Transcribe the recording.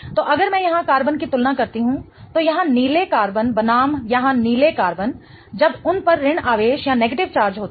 तो अगर मैं यहां कार्बन की तुलना करती हूं तो यहां नीले कार्बन बनाम यहां नीले कार्बन जब उन पर ऋण आवेश होता है